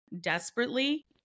desperately